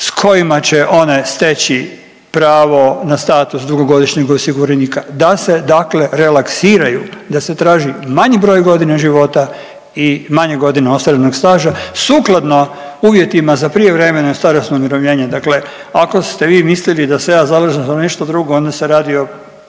s kojima će one steći pravo na status dugogodišnjeg osiguranika, da se dakle relaksiraju, da se traži manji broj godina života i manje godina ostvarenog staža sukladno uvjetima za prijevremeno starosno umirovljenje. Dakle ako ste vi mislili da se ja zalažem za nešto drugo, onda se radi o